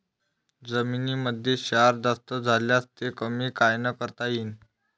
जमीनीमंदी क्षार जास्त झाल्यास ते कमी कायनं करता येईन?